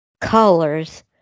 colors